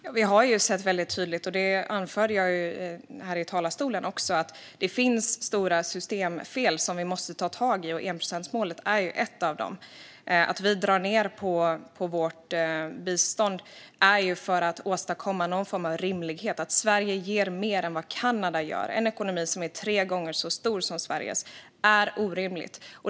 Fru talman! Vi har ju sett väldigt tydligt, och det anförde jag också här i talarstolen, att det finns stora systemfel som vi måste ta tag i, och enprocentsmålet är ju ett av dem. Att vi drar ned på biståndet är för att åstadkomma någon form av rimlighet. Att Sverige ger mer än vad Kanada gör, med en ekonomi som är tre gånger så stor som Sveriges, är orimligt.